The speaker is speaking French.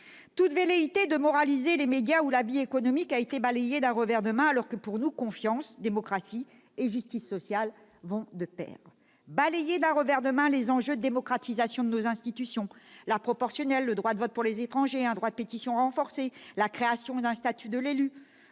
toute velléité de moraliser les médias ou la vie économique a été balayée d'un revers de main, alors que, pour nous, confiance, démocratie et justice sociale vont de pair. Les enjeux de démocratisation de nos institutions ont été balayés d'un revers de main : la proportionnelle, le droit de vote pour les étrangers, un droit de pétition renforcé, la création d'un statut de l'élu.